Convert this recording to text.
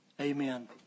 Amen